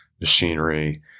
machinery